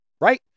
right